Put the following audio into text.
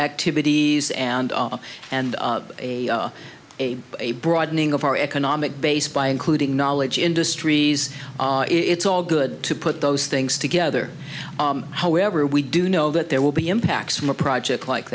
activities and and a a a broadening of our economic base by including knowledge industries it's all good to put those things together however we do know that there will be impacts from a project like